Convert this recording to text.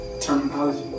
terminology